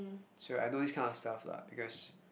so I do these kind of stuff lah because